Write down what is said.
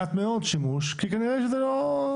מעט מאוד שימוש, כי כנראה שזה לא.